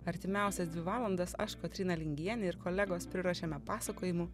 artimiausias dvi valandas aš kotryna lingienė ir kolegos priruošėme pasakojimų